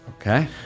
Okay